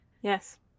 Yes